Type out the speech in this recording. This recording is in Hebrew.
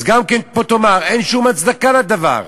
אז גם פה תאמר: אין שום הצדקה לדבר,